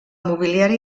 mobiliari